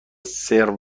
سرو